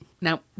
Now